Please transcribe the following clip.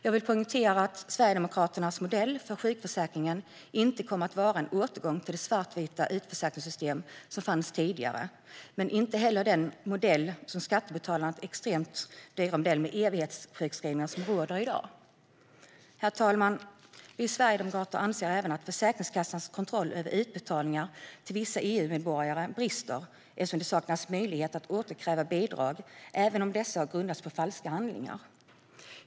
Jag vill poängtera att Sverigedemokraternas modell för sjukförsäkringen inte kommer att vara en återgång till det svartvita utförsäkringssystem som fanns tidigare, men inte heller den för skattebetalarna extremt dyra modell med evighetssjukskrivningar som finns i dag. Herr talman! Vi sverigedemokrater anser att Försäkringskassans kontroll över utbetalningar till vissa EU-medborgare brister, eftersom det saknas möjlighet att återkräva bidrag även om dessa har grundats på falska handlingar.